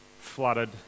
flooded